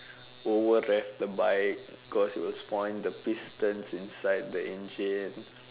overraft the bike cause it will spoil the pistons inside the engine